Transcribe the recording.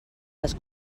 dels